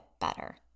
better